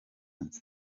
nzu